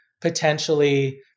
potentially